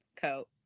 coat